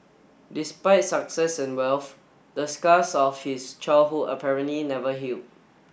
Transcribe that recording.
despite success and wealth the scars of his childhood apparently never healed